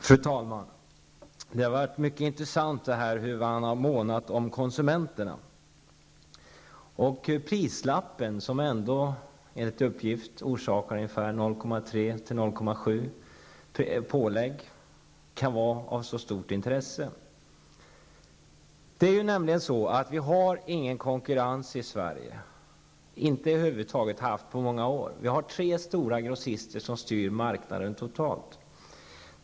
Fru talman! Det har varit mycket intressant att höra hur man har månat om konsumenterna och att prislappen, som ändå enligt uppgift bara orsakar ett pålägg på ungefär 0,3--0,7 %, kan vara av så stort intresse. Vi har över huvud taget ingen konkurrens i Sverige. Det har vi inte haft på många år. Tre stora grossister styr marknaden totalt.